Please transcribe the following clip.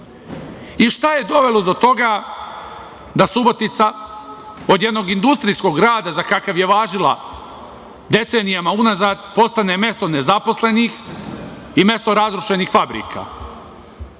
i šta je dovelo do toga da Subotica od jednog industrijskog grada, za kakav je važila decenijama unazad, postane mesto nezaposlenih i mesto razrušenih fabrika. To